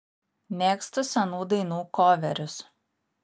mėgstu senų dainų koverius